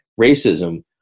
racism